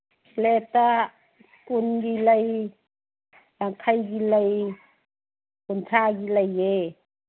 ꯄ꯭ꯂꯦꯠꯇ ꯀꯨꯟꯒꯤ ꯂꯩ ꯌꯥꯡꯈꯩꯒꯤ ꯂꯩ ꯀꯨꯟꯊ꯭ꯔꯥꯒꯤ ꯂꯩꯌꯦ